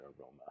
aroma